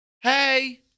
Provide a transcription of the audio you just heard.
Hey